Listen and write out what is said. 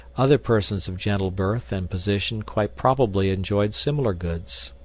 other persons of gentle birth and position quite probably enjoyed similar goods.